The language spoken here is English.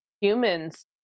humans